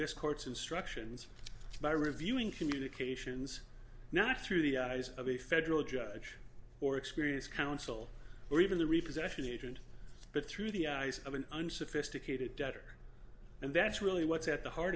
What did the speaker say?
this court's instructions by reviewing communications not through the eyes of a federal judge or experience counsel or even the repossession agent but through the eyes of an unsophisticated debtor and that's really what's at the heart